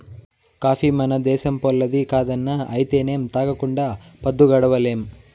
coffee మన దేశంపోల్లది కాదన్నా అయితేనేం తాగకుండా పద్దు గడవడంలే